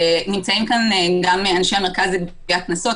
נמצאים כאן גם אנשי המרכז לגביית קנסות,